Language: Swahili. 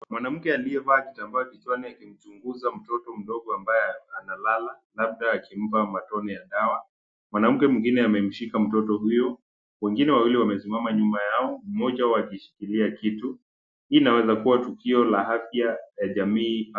Mwanamke aliyevaa kitambaa kichwani akimchunguza mtoto mdogo ambaye analala, labda akimpa matone ya dawa. Mwanamke mwingine amemshika mtoto huyo, wengine wawili wamesimama nyuma yao, mmoja wao akishikilia kitu. Hii inaweza kuwa tukio la afya ya jamii.